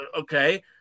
Okay